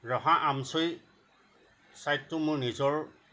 ৰহা আমছৈ ছাইদটো মোৰ নিজৰ